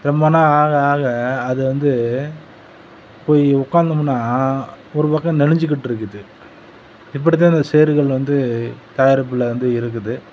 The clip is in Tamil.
ரொம்ப நாள் ஆக ஆக அது வந்து போய் உட்காந்தமுன்னா ஒரு பக்கம் நெளிஞ்சிகிட்ருக்குது இப்படிதான் இந்த சேர்கள் வந்து தயாரிப்பில் வந்து இருக்குது